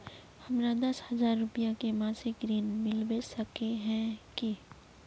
हमरा दस हजार रुपया के मासिक ऋण मिलबे सके है की?